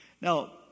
Now